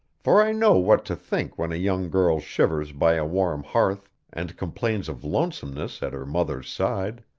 for i know what to think when a young girl shivers by a warm hearth, and complains of lonesomeness at her mother's side.